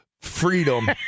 freedom